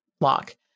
lock